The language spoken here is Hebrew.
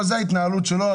אבל זו ההתנהלות שלו.